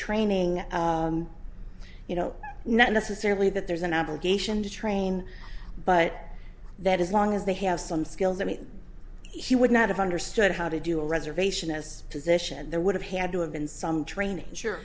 training you know not necessarily that there's an obligation to train but that as long as they have some skills i mean he would not have understood how to do a reservation as position there would have had to have been some training sure